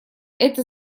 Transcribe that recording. это